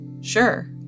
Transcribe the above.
sure